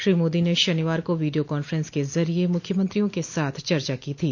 श्री मोदी ने शनिवार को विडियो कांफ्रेंस के जरिये मुख्यमंत्रियों के साथ चचा की थी